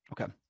Okay